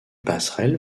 passerelle